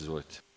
Izvolite.